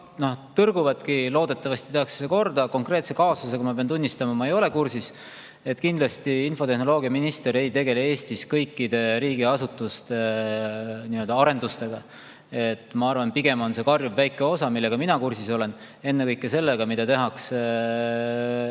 tõrguvad. Loodetavasti see tehakse korda. Konkreetse kaasusega, ma pean tunnistama, ma ei ole kursis. Kindlasti infotehnoloogiaminister ei tegele Eestis kõikide riigiasutuste arendustega. Ma arvan, et pigem on see karjuvväike osa, millega mina kursis olen – ennekõike sellega, mida tehakse MKM-i